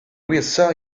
reassure